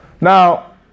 Now